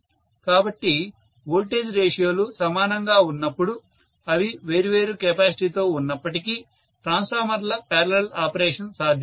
కాబట్టి వోల్టేజ్ రేషియోలు సమానంగా ఉన్నప్పుడు అవి వేర్వేరు కెపాసిటీతో ఉన్నప్పటికీ ట్రాన్స్ఫార్మర్ల పారలల్ ఆపరేషన్ సాధ్యమే